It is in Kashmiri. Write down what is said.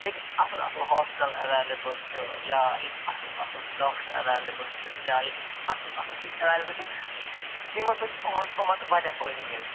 ییٚتہِ اَصٕل اَصٕل ہاسپِٹل ایٚویلیبُل چھِ یا ییٚتہِ اَصٕل اَصٕل ڈاکٹر ایٚویلیبُل چھِ یا ییٚتہِ اَصٕل اَصٕل چیٖز ایٚویلیبُل چھِ یِمو سۭتۍ یِمن یِمن وارِیاہ فٲیِدٕ میلہِ